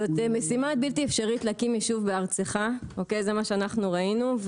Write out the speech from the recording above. זאת משימה בלתי אפשרית להקים יישוב בארצך זה מה שאנחנו ראינו.